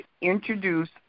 introduce